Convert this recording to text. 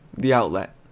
the outlet.